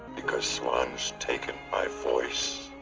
because swan's taken my voice,